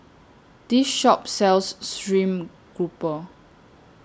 This Shop sells Stream Grouper